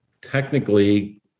technically